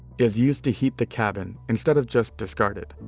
is used to heat the cabin, instead of just discarded.